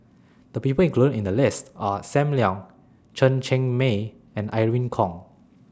The People included in The list Are SAM Leong Chen Cheng Mei and Irene Khong